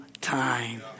time